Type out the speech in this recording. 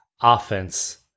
offense